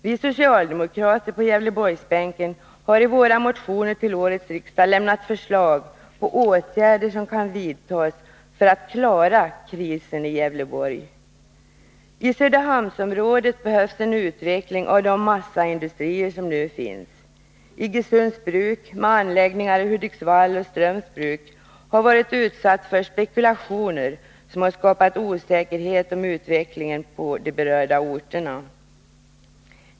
Vi socialdemokrater på Gävleborgsbänken har i våra motioner till årets riksdag lämnat förslag på åtgärder som kan vidtas för att klara krisen i Gävleborgs län. I Söderhamnsområdet behövs en utveckling av de massaindustrier som nu finns. Iggesunds Bruk med anläggningar i Hudiksvall och Strömsbruk har varit utsatt för spekulationer som har skapat osäkerhet om utvecklingen på de berörda orterna.